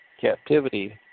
captivity